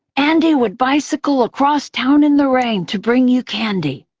andy would bicycle across town in the rain to bring you candy.